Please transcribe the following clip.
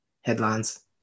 headlines